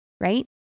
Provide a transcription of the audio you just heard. right